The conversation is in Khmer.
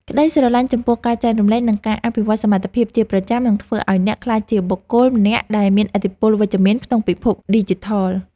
ក្តីស្រឡាញ់ចំពោះការចែករំលែក និងការអភិវឌ្ឍសមត្ថភាពជាប្រចាំនឹងធ្វើឱ្យអ្នកក្លាយជាបុគ្គលម្នាក់ដែលមានឥទ្ធិពលវិជ្ជមានក្នុងពិភពឌីជីថល។